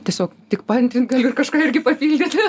tiesiog tik paantrint galiu ir kažką irgi papildyti